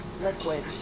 liquid